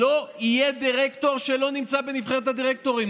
לא יהיה דירקטור שלא נמצא בנבחרת הדירקטורים,